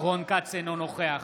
אינו נוכח